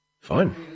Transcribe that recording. fine